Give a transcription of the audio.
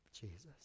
Jesus